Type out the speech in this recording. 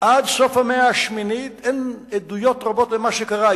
עד סוף המאה השמינית אין עדויות רבות על מה שקרה.